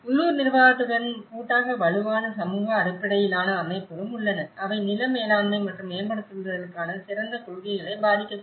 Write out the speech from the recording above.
உள்ளூர் நிர்வாகத்துடன் கூட்டாக வலுவான சமூக அடிப்படையிலான அமைப்புகளும் உள்ளன அவை நில மேலாண்மை மற்றும் மேம்படுத்தலுக்கான சிறந்த கொள்கைகளை பாதிக்கக்கூடும்